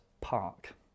park